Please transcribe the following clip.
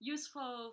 Useful